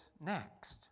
next